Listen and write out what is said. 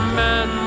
man